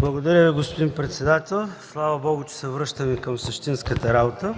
Благодаря Ви, господин председател. Слава Богу, че се връщаме към същинската работа.